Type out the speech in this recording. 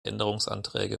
änderungsanträge